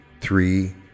three